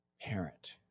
parent